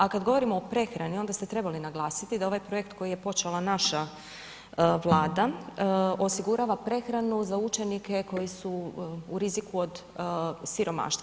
A kada govorimo o prehrani, onda ste trebali naglasiti da ovaj projekt koji je počela naša Vlada osigurava prehranu za učenike koji su u riziku od siromaštva.